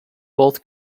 both